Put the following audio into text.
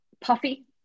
puffy